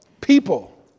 people